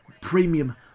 premium